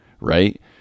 right